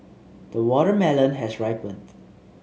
the watermelon has ripened